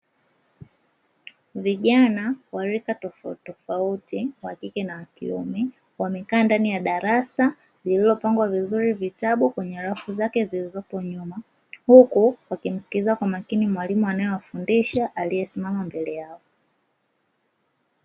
Vijana wa rika tofautitofauti, wa kike na wa kiume wamekaa ndani ya darasa lililopangwa vizuri vitabu kwenye rafu zake zilizopo nyuma, huku wakimsikiliza kwa makini mwalimu anayewafundisha aliyesimama mbele yao.